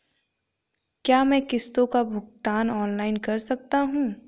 क्या मैं किश्तों का भुगतान ऑनलाइन कर सकता हूँ?